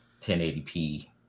1080p